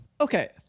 Okay